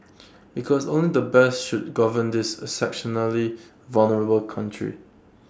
because only the best should govern this exceptionally vulnerable country